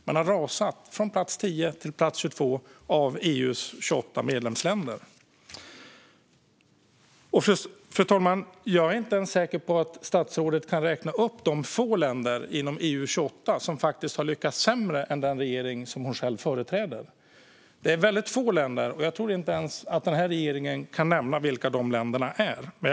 Man har rasat från plats 10 till plats 22 av EU:s 28 medlemsländer. Fru talman! Jag är inte säker på att statsrådet ens kan räkna upp de få länder inom EU-28 som faktiskt har lyckats sämre än den regering hon själv företräder. Det är väldigt få länder, men jag tror inte ens att den här regeringen kan nämna vilka de är. Jag kan dock ha fel.